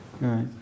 right